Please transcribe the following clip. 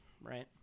right